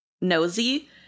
nosy